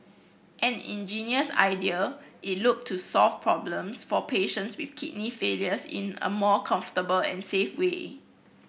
an ingenious idea it looks to solve problems for patients with kidney failures in a more comfortable and safe way